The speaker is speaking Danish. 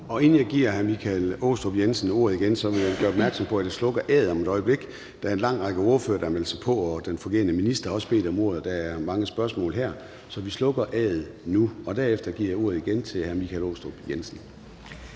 Inden jeg giver hr. Michael Aastrup Jensen ordet igen, vil jeg gøre opmærksom på, at vi slukker A'et for afstemning om et øjeblik. Der er en lang række ordførere, der har meldt sig på, og den fungerende minister har også bedt om ordet. Der er mange spørgsmål, så vi slukker A'et nu. Jeg giver igen ordet til hr. Michael Aastrup Jensen.